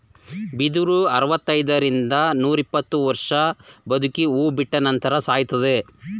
ಬಿದಿರು ಅರವೃತೈದರಿಂದ ರಿಂದ ನೂರಿಪ್ಪತ್ತು ವರ್ಷ ಬದುಕಿ ಹೂ ಬಿಟ್ಟ ನಂತರ ಸಾಯುತ್ತದೆ